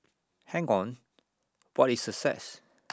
hang on what is success